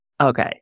Okay